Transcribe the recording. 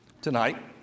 tonight